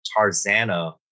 Tarzana